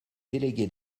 délégués